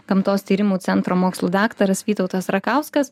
gamtos tyrimų centro mokslų daktaras vytautas rakauskas